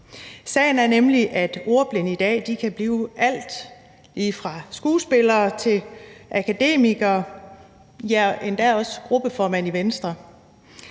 Sagen er nemlig, at ordblinde i dag kan blive alt lige fra skuespillere til akademikere, ja, endda også gruppeformand i Venstre.